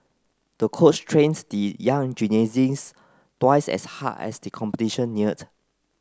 the coach trains the young twice as hard as the competition neared